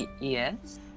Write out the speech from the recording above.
Yes